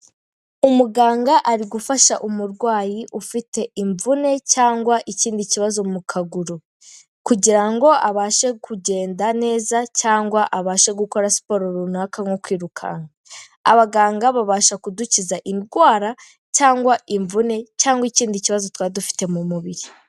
Umuganga ari gufasha umurwayi ufite imvune, cyangwa ikindi kibazo mu kaguru, kugira ngo abashe kugenda neza cyangwa abashe gukora siporo runaka nko kwirukanka, abaganga babasha kudukiza indwara cyangwa imvune cyangwa ikindi kibazo twaba dufite mu mubiri.